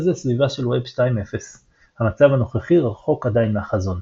זה סביבה של וב 2.0. המצב הנוכחי רחוק עדיין מהחזון.